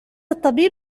الطبيب